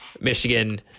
Michigan